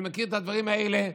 אני מכיר את הדברים האלה,